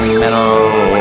metal